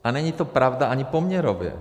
A není to pravda ani poměrově.